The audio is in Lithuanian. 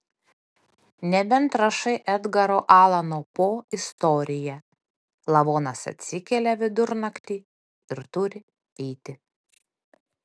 nebent rašai edgaro alano po istoriją lavonas atsikelia vidurnaktį ir turi eiti